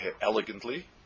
elegantly